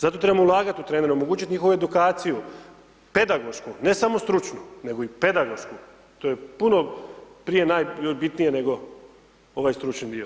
Zato trebamo ulagati u trenere, omogućiti njihovu edukaciju, pedagošku, ne samo stručnu nego i pedagošku, to je puno prije najbitnije nego ovaj stručni dio.